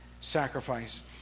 sacrifice